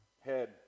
head